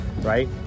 right